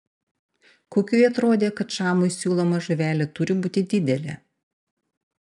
kukiui atrodė kad šamui siūloma žuvelė turi būti didelė